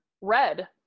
red